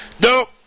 No